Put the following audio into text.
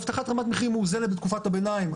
בהבטחת רמת מחיר מאוזנת בתקופת הביניים.